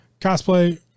cosplay